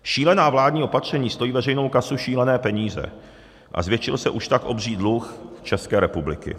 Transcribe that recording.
Šílená vládní opatření stojí veřejnou kasu šílené peníze a zvětšil se už tak obří dluh České republiky.